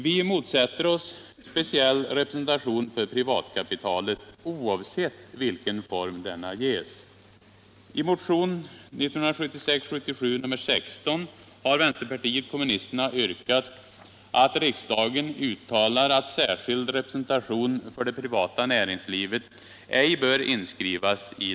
Vi motsätter oss speciell representation för privatkapitalet, oavsett vilken form denna ges.